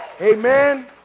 Amen